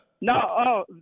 No